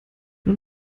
nur